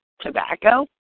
tobacco